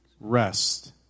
rest